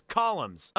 columns